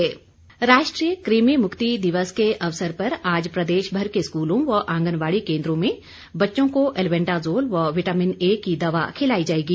कमि दिवस राष्ट्रीय कृमि मुक्ति दिवस के अवसर पर आज प्रदेशभर के स्कूलों व आंगनबाड़ी केंद्रों में बच्चों को एल्बेंडाजोल व विटामिन ए की दवा खिलाई जाएगी